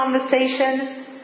conversation